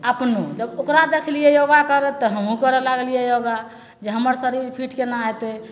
अपनो जब ओकरा देखलिए योगा करैत तऽ हमहूँ करै लागलिए योगा जे हमर शरीर फिट कोना होतै